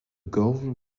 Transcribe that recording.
gorge